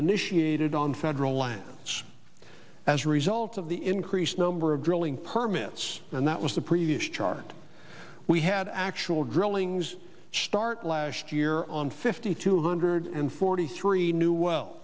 initiated on federal lands as a result of the increased number of drilling permits and that was the previous chart we had actual growlings start last year on fifty two hundred and forty three new well